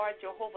Jehovah